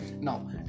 now